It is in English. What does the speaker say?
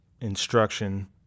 instruction